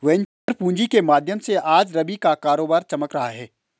venture पूँजी के माध्यम से आज रवि का कारोबार चमक रहा है